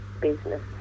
Business